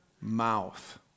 mouth